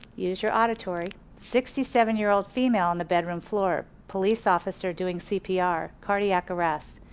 use your auditory. sixty seven year old female on the bedroom floor. police officer doing cpr, cardiac arrest.